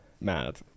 Mad